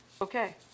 Okay